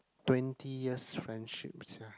twenty years friendship sia